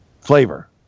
flavor